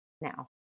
now